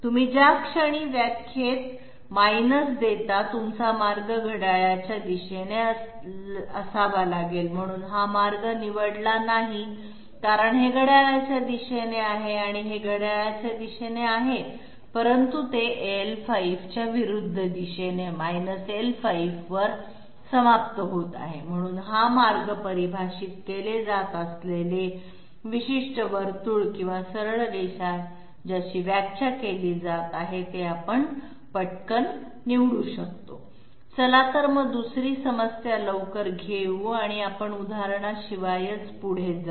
तुम्ही ज्या क्षणी व्याख्येत देता तुमचा मार्ग घड्याळाच्या दिशेने असावा लागेल म्हणून हा मार्ग निवडला नाही कारण हे घड्याळाच्या दिशेने आहे हे घड्याळाच्या दिशेने आहे परंतु ते l5 च्या विरुद्ध दिशेने समाप्त होते आहे म्हणून हा मार्ग परिभाषित केले जात असलेले विशिष्ट वर्तुळ किंवा सरळ रेषा ज्याची व्याख्या केली जात आहे ते आपण पटकन निवडू शकतो चला दुसरी समस्या लवकर घेऊ आणि आपण उदाहरणाशिवाय पुढे जाऊ